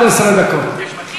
11 דקות.